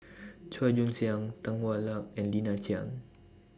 Chua Joon Siang Tan Hwa Luck and Lina Chiam